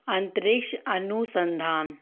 अंतरिक्ष अनुसंधान